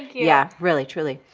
yeah, really truly.